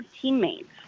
teammates